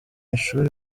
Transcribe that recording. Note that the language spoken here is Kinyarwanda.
ishuri